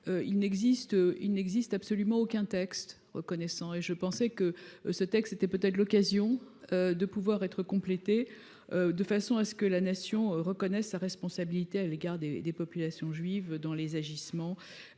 il n'existe absolument aucun texte reconnaissant et je pensais que ce texte c'était peut-être l'occasion de pouvoir être complétée. De façon à ce que la nation reconnaisse sa responsabilité à l'égard des des populations juives dans les agissements